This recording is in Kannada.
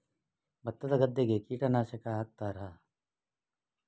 ಭತ್ತದ ಗದ್ದೆಗೆ ಕೀಟನಾಶಕ ಹಾಕುತ್ತಾರಾ?